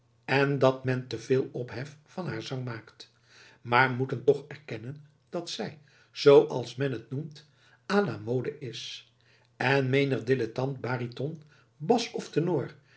en dat men te veel ophef van haar zang maakt maar moeten toch erkennen dat zij zooals men t noemt à la mode is en menig dilettant bariton bas of tenor